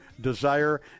desire